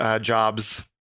jobs